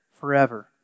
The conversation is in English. forever